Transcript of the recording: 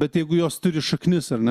bet jeigu jos turi šaknis ar ne